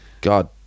God